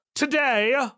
Today